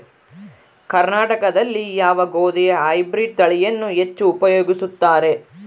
ಕರ್ನಾಟಕದಲ್ಲಿ ಯಾವ ಗೋಧಿಯ ಹೈಬ್ರಿಡ್ ತಳಿಯನ್ನು ಹೆಚ್ಚು ಉಪಯೋಗಿಸುತ್ತಾರೆ?